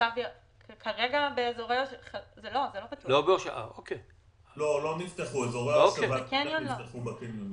אזורי ההושבה לא נפתחו בקניונים.